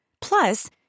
Plus